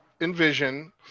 envision